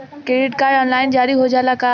Credit card online जारी हो जाला का?